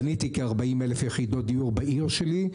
בניתי כ-40 אלף יחידות דיור בעיר שלי,